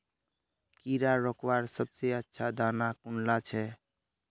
कीड़ा रोकवार सबसे अच्छा दाबा कुनला छे?